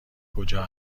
کجا